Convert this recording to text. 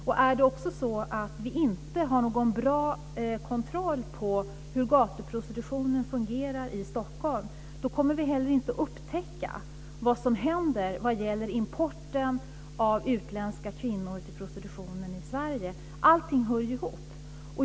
Om vi dessutom inte har någon bra kontroll över gatuprostitutionen i Stockholm, kommer vi inte heller att upptäcka vad som händer i form av import av utländska kvinnor till prostitutionen i Sverige. Allting hör ju ihop.